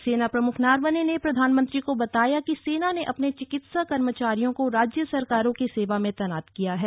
सेना प्रमुख नरवणे ने प्रधानमंत्री को बताया कि सेना ने अपने चिकित्सा कर्मचारियों को राज्य सरकारों की सेवा में तैनात किया है